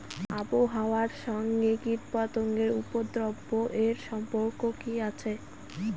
আবহাওয়ার সঙ্গে কীটপতঙ্গের উপদ্রব এর সম্পর্ক কি আছে?